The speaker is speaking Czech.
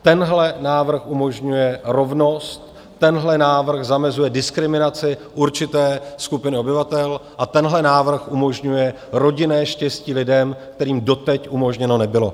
Tenhle návrh umožňuje rovnost, tenhle návrh zamezuje diskriminaci určité skupiny obyvatel a tenhle návrh umožňuje rodinné štěstí lidem, kterým doteď umožněno nebylo.